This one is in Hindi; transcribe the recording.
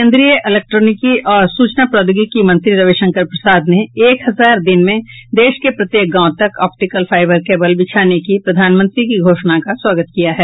केंद्रीय इलेक्ट्रॉनिकी और सूचना प्रौद्योगिकी मंत्री रवि शंकर प्रसाद ने एक हजार दिन में देश के प्रत्येक गांव तक ऑप्टिकल फाइबर केबल बिछाने की प्रधानमंत्री की घोषणा का स्वागत किया है